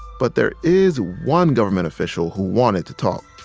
but there is one government official who wanted to talk